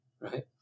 right